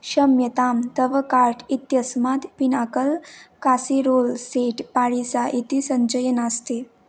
क्षम्यतां तव कार्ट् इत्यस्मात् पिनाकल् कासे रोल् सीट् पारिसा इति सञ्चये नास्ति